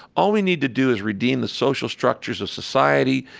all we need to do is redeem the social structures of society,